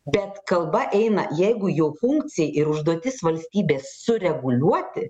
bet kalba eina jeigu jau funkcija ir užduotis valstybės sureguliuoti